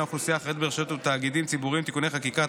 האוכלוסייה החרדית ברשויות ובתאגידים ציבוריים (תיקוני חקיקה),